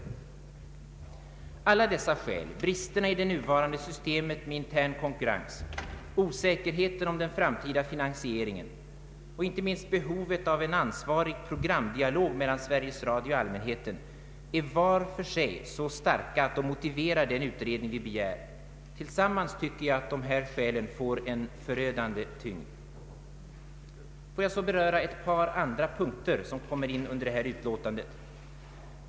Vart och ett av dessa skäl — bristerna i det nuvarande systemet med intern konkurrens, osäkerheten om den framtida finansieringen och inte minst behovet av en ansvarig programdialog mellan Sveriges Radio och allmänheten — är så starkt att det motiverar den utredning som vi begär. Tillsammans får dessa skäl en förödande tyngd. Låt mig härefter beröra ett par andra punkter i detta utlåtande.